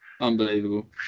Unbelievable